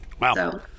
wow